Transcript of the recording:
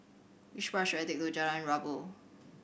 which bus should I take to Jalan Rabu